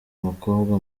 mukobwa